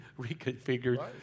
reconfigured